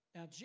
Now